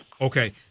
Okay